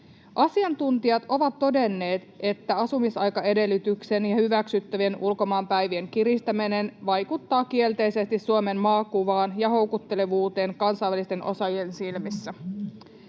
Asiantuntijat ovat todenneet, että asumisaikaedellytyksen ja hyväksyttävien ulkomaanpäivien kiristäminen vaikuttaa kielteisesti Suomen maakuvaan ja houkuttelevuuteen kansainvälisten osaajien silmissä.